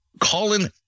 Colin